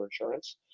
insurance